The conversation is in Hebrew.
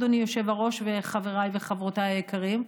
אדוני היושב-ראש וחבריי וחברותיי היקרים,